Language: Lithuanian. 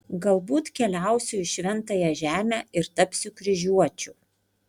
galbūt keliausiu į šventąją žemę ir tapsiu kryžiuočiu